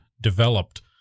developed